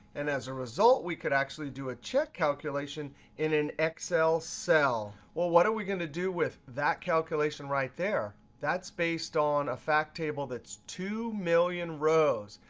and as a result, we could actually do a check calculation in an excel cell. well, what are we going to do with that calculation right there? that's based on a fact table that's two million rows.